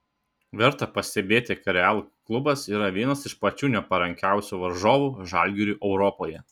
verta pastebėti kad real klubas yra vienas iš pačių neparankiausių varžovų žalgiriui europoje